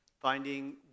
finding